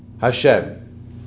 Hashem